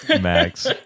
max